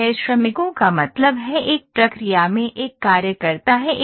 6 श्रमिकों का मतलब है एक प्रक्रिया में एक कार्यकर्ता है